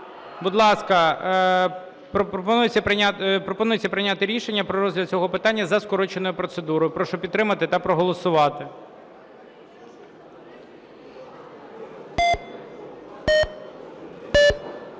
Будь ласка, пропонується прийняти рішення про розгляд цього питання за скороченою процедурою. Прошу підтримати та проголосувати.